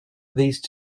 these